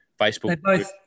Facebook